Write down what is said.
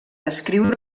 descriure